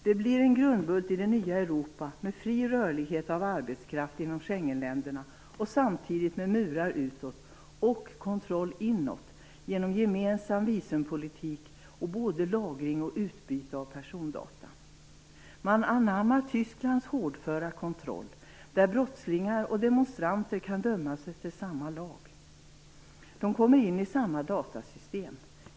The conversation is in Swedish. Det blir en grundbult i det nya Europa med fri rörlighet av arbetskraft inom Schengenländerna och samtidigt med murar utåt och kontroll inåt genom en gemensam visumpolitik och både lagring och utbyte av persondata. Man anammar Tysklands hårdföra kontroll där brottslingar och demonstranter kan dömas efter samma lag. De kommer in i samma datasystem.